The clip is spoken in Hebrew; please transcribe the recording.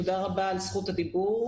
תורה רבה על זכות הדיבור.